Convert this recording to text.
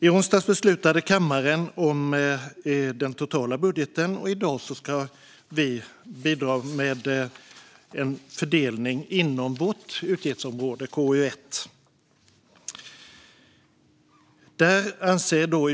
I onsdags beslutade kammaren om den totala budgeten, och i dag ska vi bidra med en fördelning inom vårt utgiftsområde i betänkande KU1.